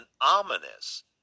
ominous